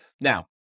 Now